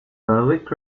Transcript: berwick